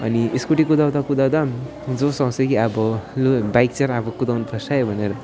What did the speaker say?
अनि स्कुटी कुदाउँदा कुदाउँदा जोस् आउँछ कि अब लु बाइक अब कुदाउनुपर्छ है भनेर